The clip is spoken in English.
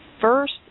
first